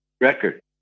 record